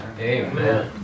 Amen